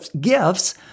gifts